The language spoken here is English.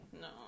no